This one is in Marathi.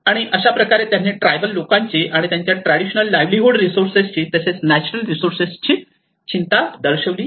आणि अशा प्रकारे त्यांनी ट्रायबल लोकांची आणि त्यांच्या ट्रॅडिशनल लाईव्हलीहूड रिसोर्सेस तसेच नॅचरल रिसोर्सेस ची चिंता दर्शविली